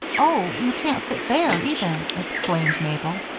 oh, you can't sit there, either, exclaimed mabel.